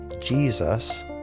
Jesus